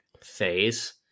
phase